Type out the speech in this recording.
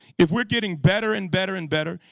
if we're getting better and better and better,